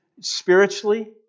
spiritually